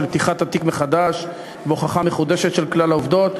פתיחת התיק מחדש והוכחה מחודשת של כלל העובדות,